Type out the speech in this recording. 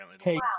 Hey